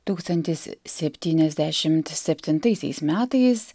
tūkstantis septyniasdešimt septintaisiais metais